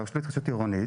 של הרשות להתחדשות עירונית,